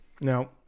Now